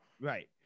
right